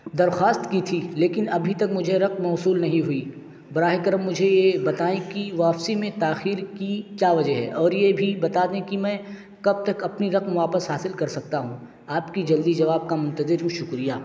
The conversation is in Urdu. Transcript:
درخواست کی تھی لیکن ابھی تک مجھے رقم موصول نہیں ہوئی براہِ کرم مجھے یہ بتائیں کہ واپسی میں تاخیر کی کیا وجہ ہے اور یہ بھی بتا دیں کہ میں کب تک اپنی رقم واپس حاصل کر سکتا ہوں آپ کی جلدی جواب کا منتظر ہوں شکریہ